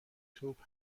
توپ